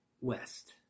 west